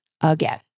again